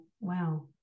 Wow